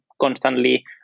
constantly